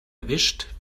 erwischt